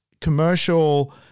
commercial